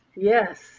yes